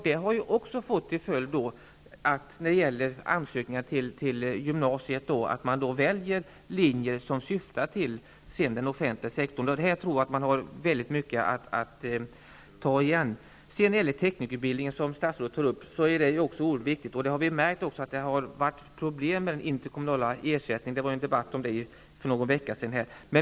Det har fått till följd att man i ansökningarna till gymnasiet väljer linjer som syftar till den offentliga sektorn. Här tror jag att vi har väldigt mycket att ta igen. Teknikerutbildningen, som statsrådet tar upp, är oerhört viktig. Vi har märkt att det har varit problem med den interkommunala ersättningen, som det var en debatt om här för någon vecka sedan.